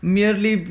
Merely